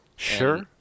Sure